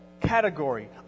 category